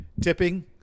Tipping